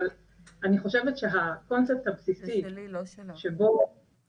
אבל אני חושבת שהקונספט הבסיסי -- רגע